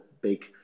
big